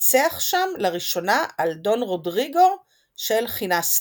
ניצח שם לראשונה על "דון רודריגו" של חינסטרה.